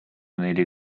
neli